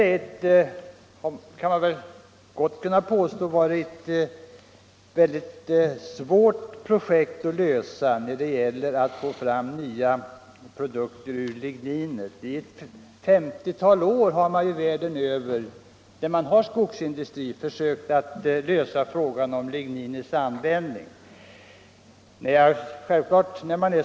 Det kan väl gott sägas att just problemet att utnyttja ligninet har varit väldigt svårlöst. I ett femtiotal år har man världen över, där det finns skogsindustri, försökt finna metoder för detta.